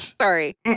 Sorry